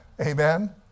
Amen